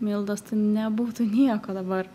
mildos tu nebūtų nieko dabar